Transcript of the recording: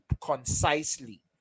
concisely